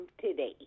today